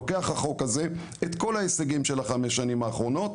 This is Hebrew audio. לוקח החוק הזה את כל ההישגים של חמש השנים האחרונות